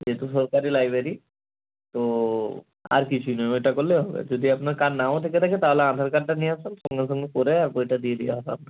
যেহেতু সরকারি লাইব্রেরী তো আর কিছুই না ওইটা করলেই হবে যদি আপনার কার্ড নাও থেকে থাকে তাহলে আধার কার্ডটা নিয়ে আসুন সঙ্গে সঙ্গে করে আর বইটা দিয়ে দেওয়া হবে আপনাকে